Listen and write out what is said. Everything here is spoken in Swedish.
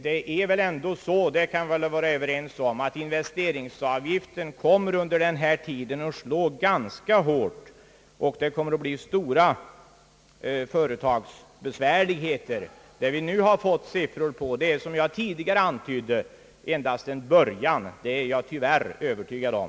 Det är väl ändå så — det borde vi kunna vara överens om — att investeringsavgiften under denna tid kommer att slå ganska hårt och att det kommer att bli stora besvärligheter för vissa företag. De siffror som vi nu fått är som jag tidigare antydde endast en början. Det är jag tyvärr övertygad om.